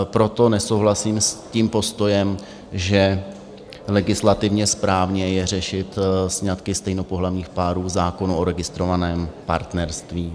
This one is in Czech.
Proto nesouhlasím s postojem, že legislativně správně je řešit sňatky stejnopohlavních párů v zákonu o registrovaném partnerství.